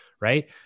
right